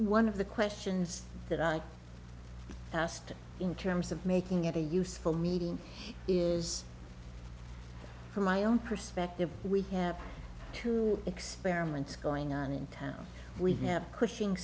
one of the questions that i asked in terms of making it a useful meeting is from my own perspective we have two experiments going on in town we've never cushing